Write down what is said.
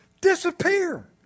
disappear